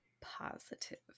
positive